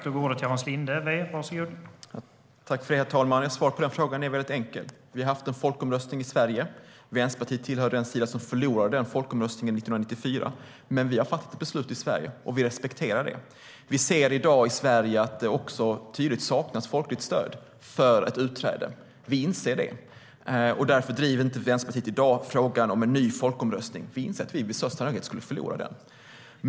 Herr talman! Svaret på frågan är väldigt enkelt. Vi har haft en folkomröstning i Sverige. Vänsterpartiet tillhörde den sida som förlorade i den folkomröstningen 1994. Men vi har fattat ett beslut i Sverige, och vi respekterar det. Vi inser också att det i dag i Sverige saknas ett tydligt folkligt stöd för ett utträde. Därför driver inte Vänsterpartiet i dag frågan om en ny folkomröstning. Vi inser att vi med största sannolikhet skulle förlora i den.